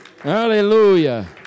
Hallelujah